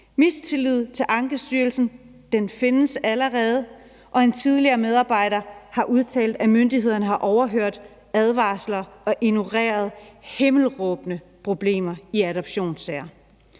Mistilliden til Ankestyrelsen findes allerede, og en tidligere medarbejder har udtalt, at myndighederne har overhørt advarsler og ignoreret himmelråbende problemer i adoptionssager.